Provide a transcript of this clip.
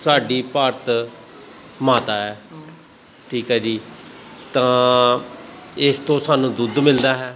ਸਾਡੀ ਭਾਰਤ ਮਾਤਾ ਹੈ ਠੀਕ ਹੈ ਜੀ ਤਾਂ ਇਸ ਤੋਂ ਸਾਨੂੰ ਦੁੱਧ ਮਿਲਦਾ ਹੈ